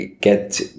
get